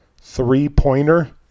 three-pointer